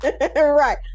Right